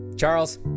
Charles